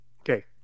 Okay